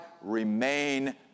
remain